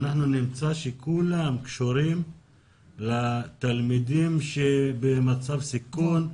אנחנו נמצא שכולן קשורות לתלמידים שבמצב סיכון,